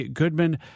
Goodman